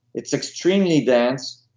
it's extremely dense.